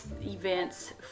events